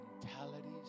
mentalities